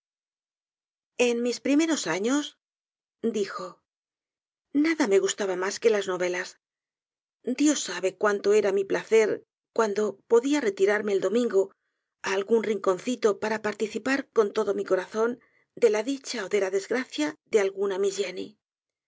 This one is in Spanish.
en mis primeros años dijo nada rae gustaba mas que las novelas dios sabe cuánto era mi placer cuando podia retirarme el domingo á algún rinconcito para participar con todo mi corazón de la dicha ó de la desgracia de alguna